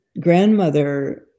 grandmother